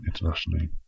internationally